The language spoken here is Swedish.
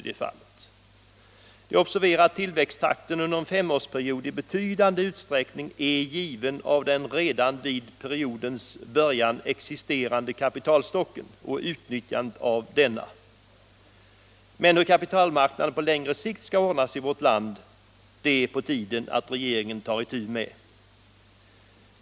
Det är att observera att tillväxttakten under en femårsperiod i betydande utsträckning är given av den redan vid periodens början existerande kapitalstocken och utnyttjandet av denna. Därför är det sannerligen på tiden att regeringen omedelbart tar itu med hur kapitalmarknaden på längre sikt skall ordnas i vårt land.